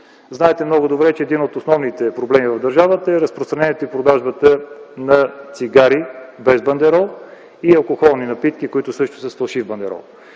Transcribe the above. знаете много добре, че един от основните проблеми в държавата е разпространението и продажбата на цигари без бандерол и алкохолни напитки, които са с фалшив бандерол.